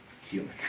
human